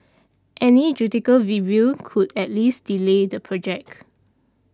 any judicial review could at least delay the project